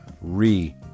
re